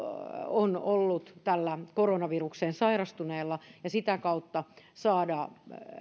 ovat olleet koronavirukseen sairastuneella ja sitä kautta saada